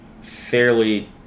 fairly